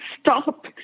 stop